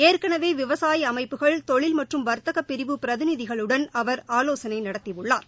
ஏற்கனவே விவசாய அமைப்புகள் தொழில் மற்றும் வாத்தக பிரிவு பிரதிநிதிகளுடன் அவா் ஆலோசனை நடத்தியுள்ளார்